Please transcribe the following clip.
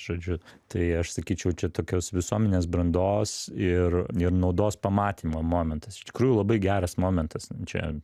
žodžiu tai aš sakyčiau čia tokios visuomenės brandos ir ir naudos pamatymo momentas iš tikrųjų labai geras momentas čia